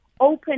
Open